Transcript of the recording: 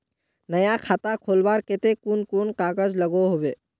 नया खाता खोलवार केते कुन कुन कागज लागोहो होबे?